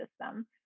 system